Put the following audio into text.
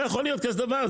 לא יכול להיות כזה דבר.